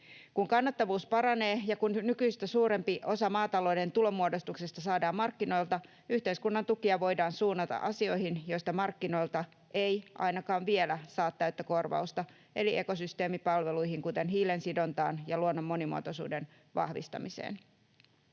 Kun kannattavuus paranee ja kun nykyistä suurempi osa maatalouden tulonmuodostuksesta saadaan markkinoilta, yhteiskunnan tukia voidaan suunnata asioihin, joista markkinoilta ei ainakaan vielä saa täyttä korvausta eli ekosysteemipalveluihin, kuten hiilensidontaan ja luonnon monimuotoisuuden vahvistamiseen.